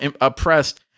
oppressed